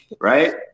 right